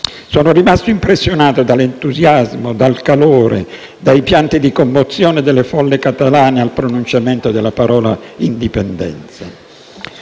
Sono rimasto impressionato dall'entusiasmo, dal calore, dai pianti di commozione delle folle catalane al pronunciamento della parola indipendenza.